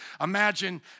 imagine